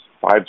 five